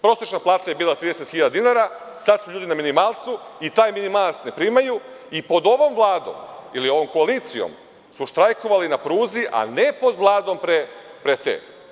Prosečna plata je bila 30.000 dinara, a sada su ljudina minimalcu i taj minimalac ne primaju i pod ovom Vladom, koalicijom su štrajkovali na pruzi, a ne pod Vladom pre te.